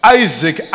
isaac